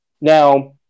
now